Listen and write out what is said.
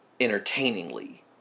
entertainingly